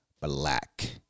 black